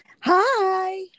Hi